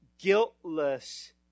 guiltless